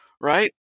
right